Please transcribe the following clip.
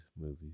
movies